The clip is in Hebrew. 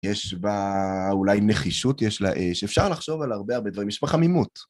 יש בה אולי נחישות, אפשר לחשוב על הרבה, הרבה דברים, יש בה חמימות.